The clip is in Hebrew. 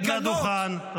רד מהדוכן.